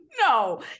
No